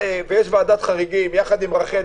יש ועדת חריגים עם רח"ל,